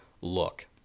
look